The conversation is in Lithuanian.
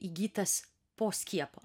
įgytas po skiepo